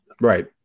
Right